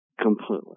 completely